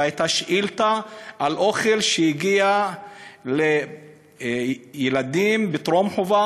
והייתה שאילתה על אוכל שהגיע לילדים בגני טרום-חובה